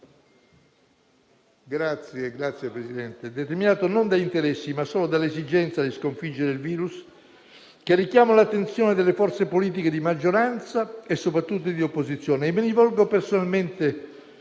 ma internazionale - determinato non da interessi, ma solo dall'esigenza di sconfiggere il virus, che richiamo l'attenzione delle forze politiche di maggioranza e soprattutto di opposizione. Mi rivolgo personalmente